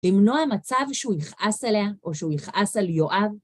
למנוע מצב שהוא יכעס עליה או שהוא יכעס על יואב.